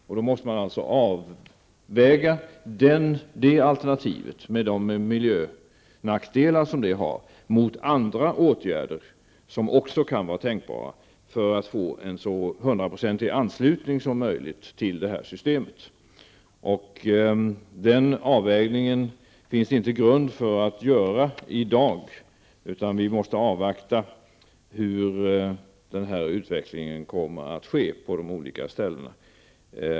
I så fall måste man göra en avvägning mellan det alternativet med dess miljönackdelar och andra åtgärder som också kan vara tänkbara, för att få en så hundraprocentig anslutning till systemet som möjligt. Det finns i dag ingen grund för att göra en sådan avvägning. Vi måste avvakta hur utvecklingen kommer att bli på de olika ställena.